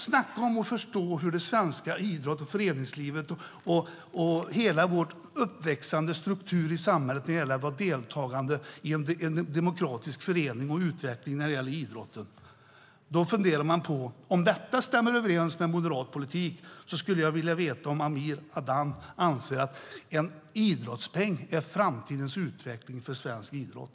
Snacka om att förstå hur det svenska idrotts och föreningslivet fungerar med hela vår struktur för det uppväxande släktets deltagande i samhället och i en demokratisk förening för att utveckla idrotten! Man kan fundera på om detta stämmer överens med moderat politik. Jag skulle vilja veta om Amir Adan anser att en idrottspeng är framtiden i utvecklingen av svensk idrott.